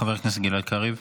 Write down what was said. חבר הכנסת גלעד קריב.